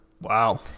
wow